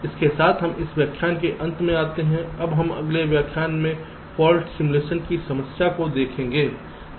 इसके साथ हम इस व्याख्यान के अंत में आते हैं अब हमारे अगले व्याख्यान में हम फॉल्ट सिमुलेशन की समस्या को देख रहे हैं